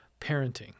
parenting